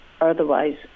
Otherwise